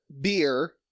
beer